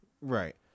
Right